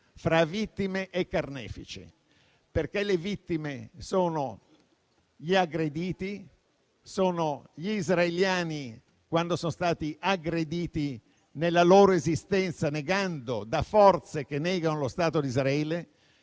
fra vittime e carnefici. Le vittime sono gli aggrediti, sono gli israeliani quando sono stati aggrediti nella loro esistenza da forze che negano lo Stato di Israele